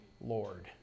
Lord